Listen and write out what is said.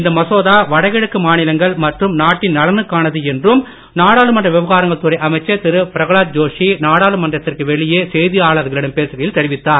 இந்த மசோதா வடகிழக்கு மாநிலங்கள் மற்றும் நாட்டின் நலனுக்கானது என்றும் நாடாளுமன்ற விவகாரங்கள் துறை அமைச்சர் பிரகலாத் ஜோஷி நாடாளுமன்றத்திற்கு வெளியே திரு செய்தியாளர்களிடம் பேசுகையில் தெரிவித்தார்